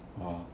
orh